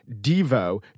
Devo